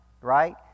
right